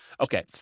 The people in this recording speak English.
okay